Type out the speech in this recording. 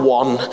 one